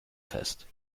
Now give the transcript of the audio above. fest